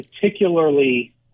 particularly